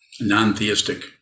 non-theistic